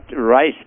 rice